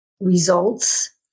Results